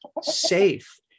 safe